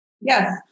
Yes